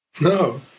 no